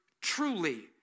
truly